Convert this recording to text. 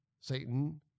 Satan